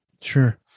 Sure